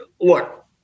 look